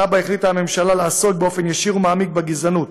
שנה שבה החליטה הממשלה לעסוק באופן ישיר ומעמיק בגזענות